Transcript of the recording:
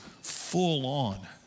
full-on